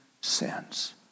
sins